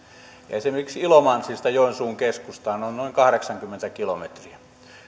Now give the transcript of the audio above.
esimerkiksi ilomantsista joensuun keskustaan on noin kahdeksankymmentä kilometriä